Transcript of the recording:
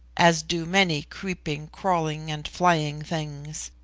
as do many creeping, crawling and flying things.